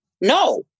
No